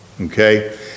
okay